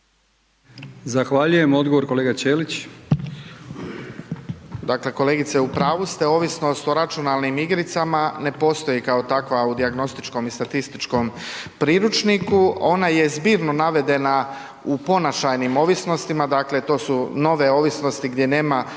Zahvaljujem. Odgovor kolega Ćelić. **Ćelić, Ivan (HDZ)** Dakle, kolegice u pravu ste, ovisnost o računalnim igricama ne postoji kao takva u dijagnostičkom i statističkom priručniku ona je zbirno navedena u ponašajnim ovisnostima, dakle to su nove ovisnosti gdje nema